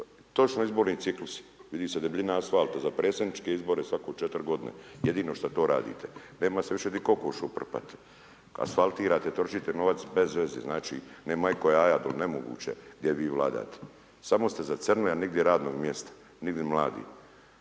točno izborni ciklus, vidi se debljina asfalta za predsjedničke izbore svako 4 godine, jedino što to radite. Nema se više gdje kokoš uprpati. Asfaltirate, trošite novac bez veze, znači. Znači .../Govornik se ne razumije./... nemoguće gdje vi vladate. Samo ste zacrnili a nigdje radnog mjesta, nigdje mladih.